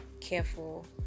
careful